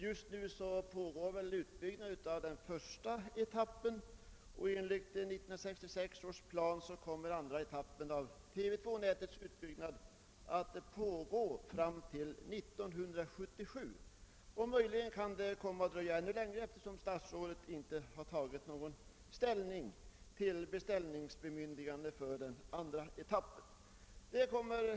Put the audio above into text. Just nu pågår väl utbyggnad av den första etappen och enligt 1966 års plan kommer andra etappen av TV 2-nätets utbyggnad att pågå till 1977. Det kan möjligen komma att dröja ännu längre, eftersom statsrådet inte har tagit någon ställning till beställningsbemyndigande för den andra etappen. Herr statsråd!